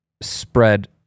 spread